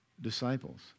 disciples